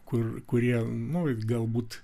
kur kurie nu galbūt